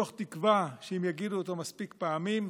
מתוך תקווה שאם יגידו את זה מספיק פעמים,